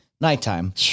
nighttime